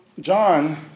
John